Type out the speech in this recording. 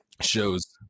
shows